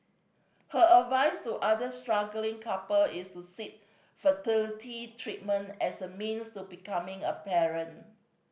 her advice to other struggling couple is to seek fertility treatment as a means to becoming a parent